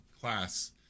class